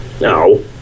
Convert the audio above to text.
No